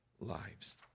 lives